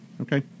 Okay